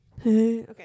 Okay